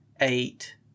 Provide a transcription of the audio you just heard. Eight